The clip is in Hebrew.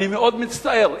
אני מאוד מצטער.